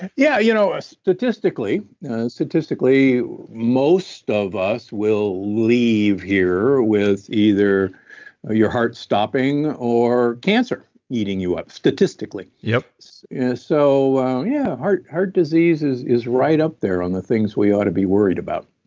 yeah, you know statistically statistically most of us will leave here with either your heart stopping or cancer eating you up, statistically yep so yeah heart heart disease is is right up there on the things we ought to be worried about